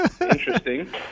Interesting